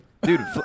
Dude